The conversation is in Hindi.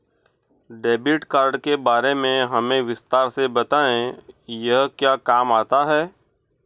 डेबिट कार्ड के बारे में हमें विस्तार से बताएं यह क्या काम आता है?